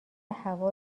هوا